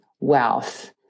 wealth